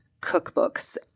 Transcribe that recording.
cookbooks